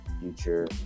future